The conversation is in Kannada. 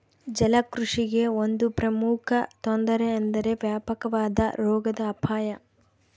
ಜಲಕೃಷಿಗೆ ಒಂದು ಪ್ರಮುಖ ತೊಂದರೆ ಎಂದರೆ ವ್ಯಾಪಕವಾದ ರೋಗದ ಅಪಾಯ